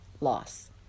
loss